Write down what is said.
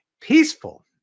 peaceful